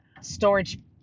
storage